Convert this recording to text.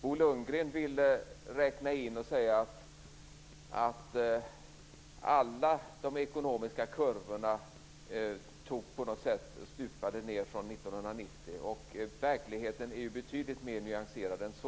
Bo Lundgren ville hävda att alla de ekonomiska kurvorna stupade nedåt från 1990. Verkligheten är betydligt mer nyanserad än så.